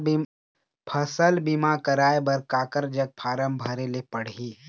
फसल बीमा कराए बर काकर जग फारम भरेले पड़ही?